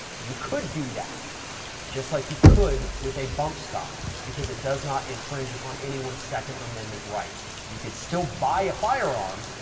you could do that just like you could with a bump stock because it does not infringe upon anyone's second amendment rights. you could still buy a firearm.